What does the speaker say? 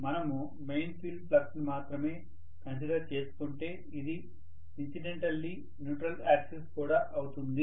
మనము main field flux ని మాత్రమే కన్సిడర్ చేసుకుంటే ఇది ఇన్సిడెంటల్లీ న్యూట్రల్ యాక్సిస్ కూడా అవుతుంది